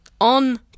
on